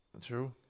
true